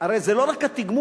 הרי זה לא רק התגמול,